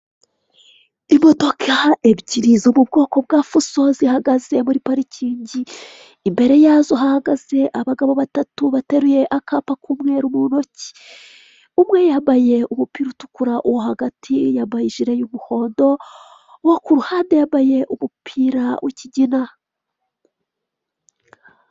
Imodoka ebyiri zo bwoko bwa fuso zihagaze muri parikingi, imbere yazo hahagaze abagabo batatu bateruye akapa k'umweru mu ntoki, umwe yambaye umupira utukura, uwo hagati yambaye ijire y'umuhondo, uwo ku ruhande yambaye umupira w'ikigina.